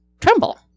tremble